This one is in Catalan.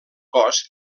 cos